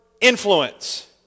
influence